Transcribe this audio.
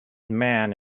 man